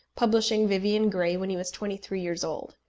publishing vivian grey when he was twenty-three years old.